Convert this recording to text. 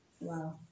Wow